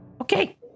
Okay